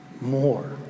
more